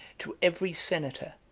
to every senator,